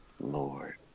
Lord